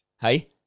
hey